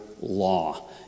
law